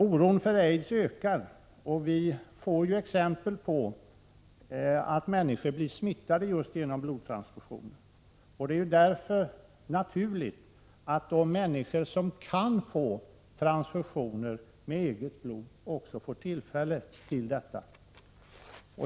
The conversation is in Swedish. Oron för aids ökar, och vi har exempel på att människor blivit smittade just genom blodtransfusioner. Det vore därför naturligt att de människor som skulle kunna få transfusioner med eget blod också får tillfälle att få det.